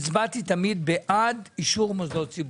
הצבעתי תמיד בעד אישור מוסדות ציבור.